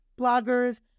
bloggers